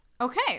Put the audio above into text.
okay